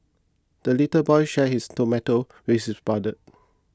the little boy shared his tomato with his brother